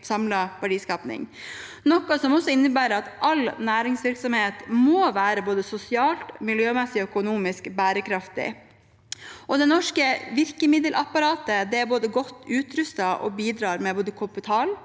samlet verdiskaping, noe som også innebærer at all næringsvirksomhet må være både sosialt, miljømessig og økonomisk bærekraftig. Det norske virkemiddelapparatet er godt utrustet og bidrar med både kapital,